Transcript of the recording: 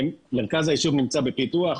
מרכז היישוב נמצא בפיתוח.